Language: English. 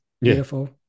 Beautiful